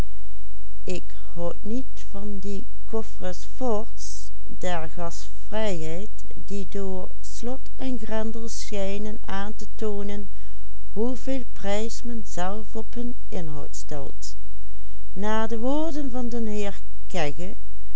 slot en grendel schijnen aan te toonen hoeveel prijs men zelf op hun inhoud stelt naar de woorden van